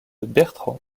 bertrand